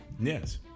Yes